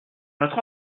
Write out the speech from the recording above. notre